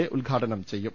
A ഉദ്ഘാടനം ചെയ്യും